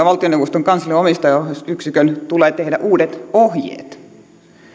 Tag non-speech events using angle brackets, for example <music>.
<unintelligible> valtioneuvoston kanslian omistajaohjausyksikön tulee tehdä uudet ohjeet